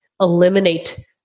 eliminate